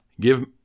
Give